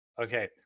Okay